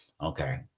Okay